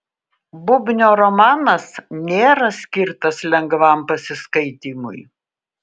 bubnio romanas nėra skirtas lengvam pasiskaitymui